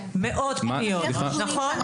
מאות פניות, נכון?